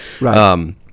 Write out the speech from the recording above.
Right